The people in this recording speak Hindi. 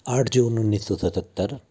आठ जून उन्नीस सौ सतहत्तर